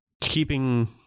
keeping